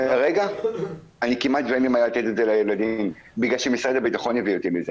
כרגע כמעט אין לי מה לתת לילדים בגלל שמשרד הביטחון הביא אותי לזה,